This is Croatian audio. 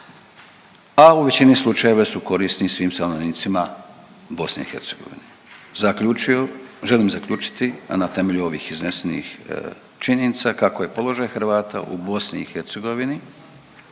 a u većini slučajeva su korisni svim stanovnicima BIH. Zaključio, želim zaključiti, a na temelju ovih iznesenih činjenica kako je položaj Hrvata u BIH tijekom